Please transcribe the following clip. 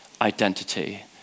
identity